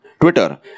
Twitter